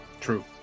True